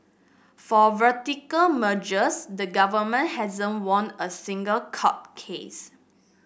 for vertical mergers the government hasn't won a single court case